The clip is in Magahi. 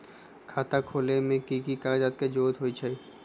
खाता खोले में कि की कागज के जरूरी होई छइ?